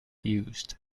used